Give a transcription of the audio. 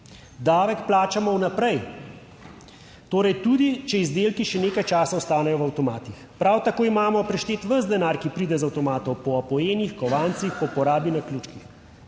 davek plačamo vnaprej, torej tudi če izdelki še nekaj časa ostanejo v avtomatih, Prav tako imamo prešteti ves denar, ki pride z avtomatom po enih kovancih, po porabi na ključkih,